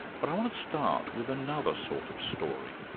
but i want to start with another sort of story.